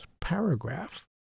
paragraph